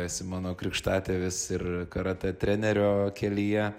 esi mano krikštatėvis ir karatė trenerio kelyje